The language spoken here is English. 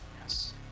yes